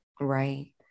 Right